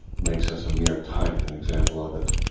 makes us a mere type and example of it